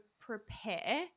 prepare